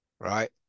right